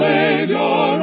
Savior